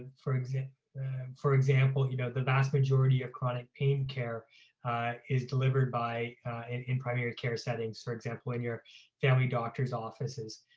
for example for example and you know the vast majority of chronic pain care is delivered by in in primary care settings, for example, in your family doctor's offices.